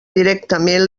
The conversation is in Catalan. directament